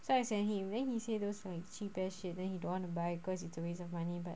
so I sent him then he say those like cheap ass shit then he don't want to buy cause it's a waste of money but